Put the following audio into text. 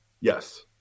Yes